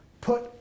put